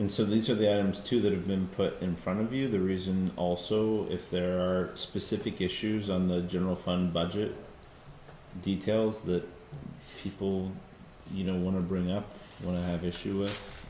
and so these are the ems two that have been put in front of you the reason also if there are specific issues on the general fund budget details that people you know want to bring up when i have issue with